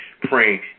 praying